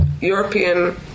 European